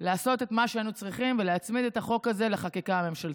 לעשות את מה שהיינו צריכים ולהצמיד את החוק הזה לחקיקה הממשלתית.